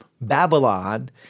Babylon